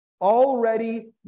already